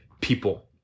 people